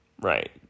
Right